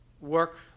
work